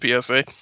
PSA